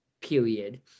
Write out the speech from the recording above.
period